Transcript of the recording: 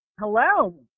Hello